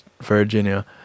Virginia